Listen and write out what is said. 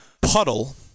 puddle